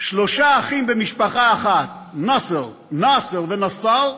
שלושה אחים במשפחה אחת: נסר, נאסר ונסאר,